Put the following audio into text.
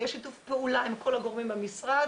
יש שיתוף פעולה עם כל הגורמים במשרד.